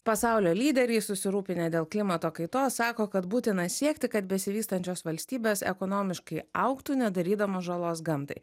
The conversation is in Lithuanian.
pasaulio lyderiai susirūpinę dėl klimato kaitos sako kad būtina siekti kad besivystančios valstybės ekonomiškai augtų nedarydamos žalos gamtai